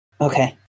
Okay